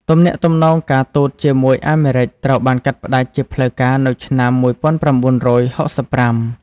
ទំនាក់ទំនងការទូតជាមួយអាមេរិកត្រូវបានកាត់ផ្តាច់ជាផ្លូវការនៅឆ្នាំ ១៩៦៥។